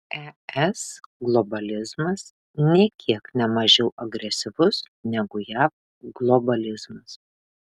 es globalizmas nė kiek ne mažiau agresyvus negu jav globalizmas